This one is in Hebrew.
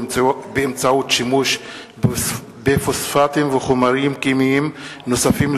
באמצעות שימוש בפוספטים וחומרים כימיים נוספים,